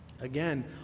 again